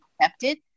accepted